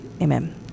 Amen